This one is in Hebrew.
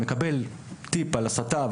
מקבל טיפ על הסתה,